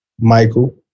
Michael